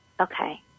Okay